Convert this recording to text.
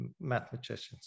mathematicians